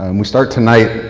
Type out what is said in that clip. um we start tonight